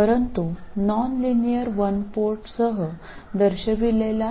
परंतु nonlinear one पोर्टसह दर्शविलेल्या